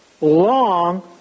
long